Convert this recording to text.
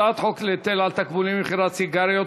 הצעת חוק להיטל על תקבולים ממכירת סיגריות